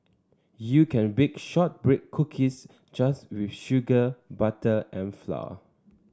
you can bake shortbread cookies just with sugar butter and flour